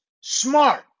smart